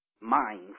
mind